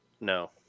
No